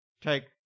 Take